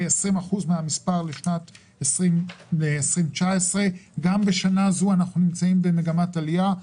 מהמספר בשנת 2019. גם בשנה זו אנחנו נמצאים במגמת עלייה.